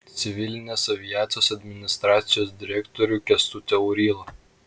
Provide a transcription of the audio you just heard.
civilinės aviacijos administracijos direktorių kęstutį aurylą